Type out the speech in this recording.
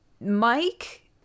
Mike